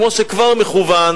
כמו שהוא כבר מכוּון,